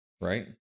right